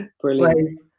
Brilliant